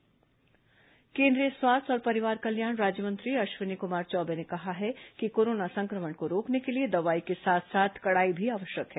केंद्रीय राज्यमंत्री बयान केंद्रीय स्वास्थ्य और परिवार कल्याण राज्यमंत्री अश्विनी कुमार चौबे ने कहा है कि कोरोना संक्रमण को रोकने के लिए दवाई के साथ साथ कड़ाई भी आवश्यक है